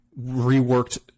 reworked